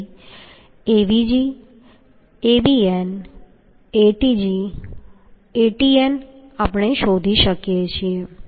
તેથી Avg Avn Atg Atn આપણે શોધી શકીએ છીએ